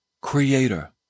creator